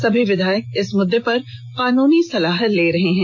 सभी विधायक इस मुद्दे पर कानूनी सलाह ले रहे है